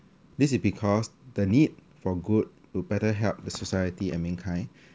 this is because the need for good will better help the society and mankind